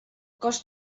cost